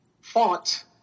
fought